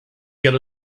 get